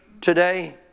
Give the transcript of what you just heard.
today